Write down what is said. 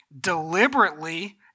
deliberately